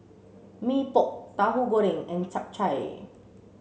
Mee Pok Tahu Goreng and Chap Chai